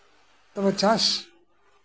ᱛᱚᱵᱮ ᱪᱟᱥ